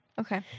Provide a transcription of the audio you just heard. Okay